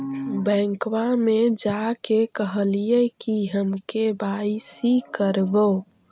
बैंकवा मे जा के कहलिऐ कि हम के.वाई.सी करईवो?